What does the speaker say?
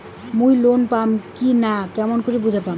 মুই লোন পাম কি না কেমন করি বুঝা পাম?